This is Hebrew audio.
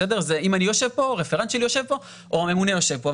זה אם אני יושב פה או רפרנט שלי יושב פה או הממונה שלי יושב פה,